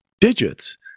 digits